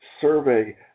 survey